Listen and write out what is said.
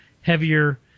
heavier